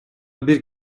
бир